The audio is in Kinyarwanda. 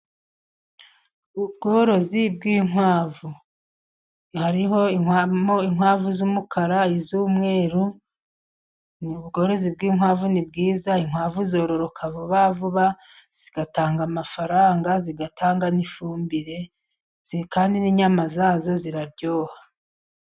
Ubworozi bw'inkwavu harimo inkwavu z'umukara, iz'umweru, ubworozi bw'inkwavu ni bwiza, inkwavu zororoka vuba vuba zigatanga amafaranga zigatanga n'ifumbire kandi n'inyama zazo ziraryoha.